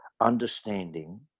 understanding